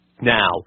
Now